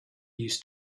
used